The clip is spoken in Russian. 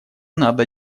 надо